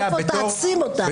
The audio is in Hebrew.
תעצים אותנו.